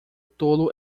tolo